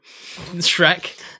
Shrek